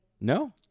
No